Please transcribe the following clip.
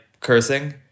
cursing